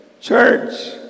church